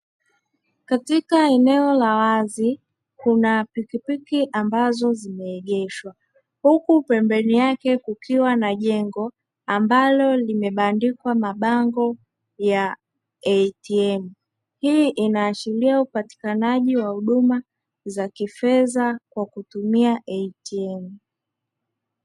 Katika eneo la wazi kuna pikipiki ambazo zimeegeshwa huku pembeni yake kukiwa na jengo, ambalo limebandikwa mabango ya ATM. Hii inaashiria upatikanaji wa huduma za kifedha kwa kutumia "ATM".